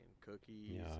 cookies